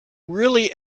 really